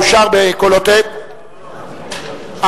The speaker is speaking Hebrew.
אושר בקולותיהם,